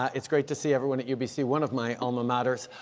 it's great to see everyone at u b c. one of my alma maters.